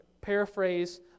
paraphrase